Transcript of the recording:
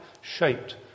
shaped